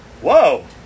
Whoa